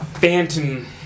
phantom